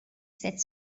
said